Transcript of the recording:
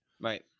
Right